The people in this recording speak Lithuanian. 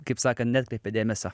kaip sakant neatkreipia dėmesio